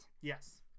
Yes